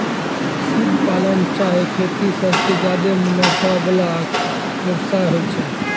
सिप पालन चाहे खेती सबसें ज्यादे मुनाफा वला व्यवसाय होय छै